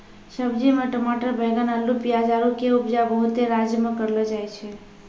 सब्जी मे टमाटर बैगन अल्लू पियाज आरु के उपजा बहुते राज्य मे करलो जाय छै